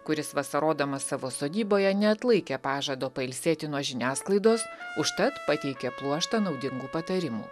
kuris vasarodamas savo sodyboje neatlaikė pažado pailsėti nuo žiniasklaidos užtat pateikė pluoštą naudingų patarimų